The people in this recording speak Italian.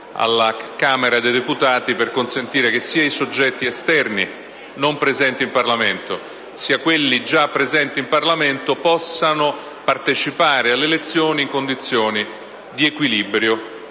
alla Camera dei deputati per consentire che sia i soggetti esterni non presenti in Parlamento, sia quelli già presenti in Parlamento possano partecipare alle elezioni in condizioni di equilibrio